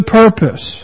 purpose